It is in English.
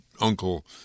uncle